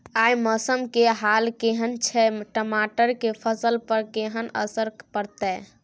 आय मौसम के हाल केहन छै टमाटर के फसल पर केहन असर परतै?